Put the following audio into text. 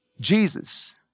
Jesus